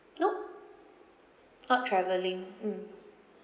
nope not travelling mm